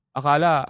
akala